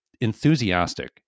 enthusiastic